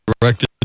directed